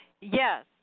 Yes